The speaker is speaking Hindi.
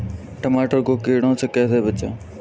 टमाटर को कीड़ों से कैसे बचाएँ?